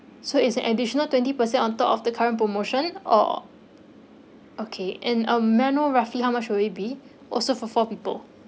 so it's an additional twenty percent on top of the current promotion oh okay and um may I know roughly how much will it be also for four people